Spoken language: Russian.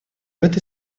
этой